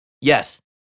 Yes